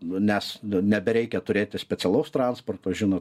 nes nebereikia turėti specialaus transporto žinot